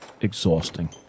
exhausting